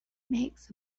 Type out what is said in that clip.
makes